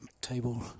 table